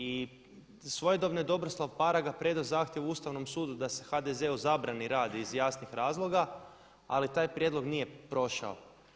I svojedobno je Dobroslav Paraga predao zahtjev Ustavnom sudu da se HDZ-u zabrani rad iz jasnih razloga ali taj prijedlog nije prošao.